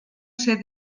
ser